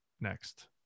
Next